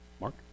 Mark